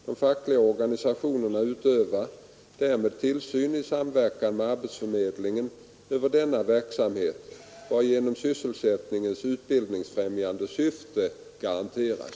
De fackliga organisationerna utövar därmed tillsyn i samverkan med arbetsförmedlingen över denna verksamhet, varigenom sysselsättningens utbildningsfrämjande syfte garanteras.